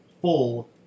full